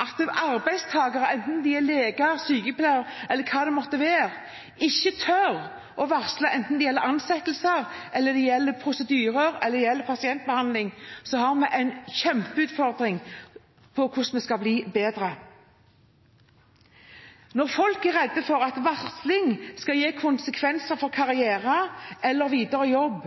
at arbeidstakere, enten de er leger, sykepleiere eller hva det måtte være, ikke tør å varsle enten det gjelder ansettelser, prosedyrer eller pasientbehandling, så har vi en kjempeutfordring med tanke på hvordan vi skal bli bedre. Når folk er redde for at varsling skal gi konsekvenser for karriere eller videre jobb,